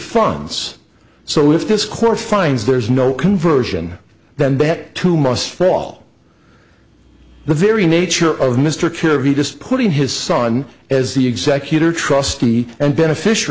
funds so if this court finds there is no conversion then bet too must fall the very nature of mr clear he just putting his son as the executor trustee and beneficia